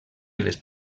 les